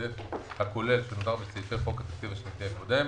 העודף הכולל שנותר בסעיפי חוק התקציב השנתי הקודם,